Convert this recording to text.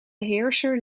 heerser